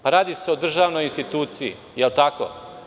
Radi se o državnoj instituciji, jel tako?